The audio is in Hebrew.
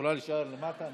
את יכולה להישאר למטה,